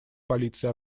полиции